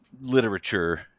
literature